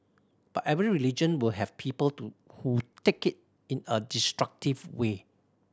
but every religion will have people to who take it in a destructive way